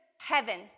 heaven